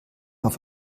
auf